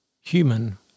human